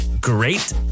great